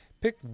pick